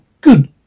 Good